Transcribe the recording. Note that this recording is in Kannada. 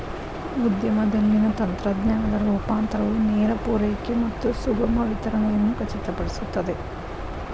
ಉದ್ಯಮದಲ್ಲಿನ ತಂತ್ರಜ್ಞಾನದ ರೂಪಾಂತರವು ನೇರ ಪೂರೈಕೆ ಮತ್ತು ಸುಗಮ ವಿತರಣೆಯನ್ನು ಖಚಿತಪಡಿಸುತ್ತದೆ